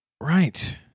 Right